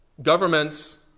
Governments